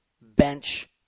bench